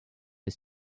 this